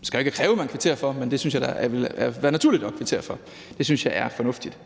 det skal jeg jo ikke kræve at man kvitterer for, men det synes jeg da vil være naturligt at kvittere for; det synes jeg er fornuftigt.